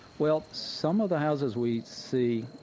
well, some of the houses we see,